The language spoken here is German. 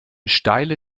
steile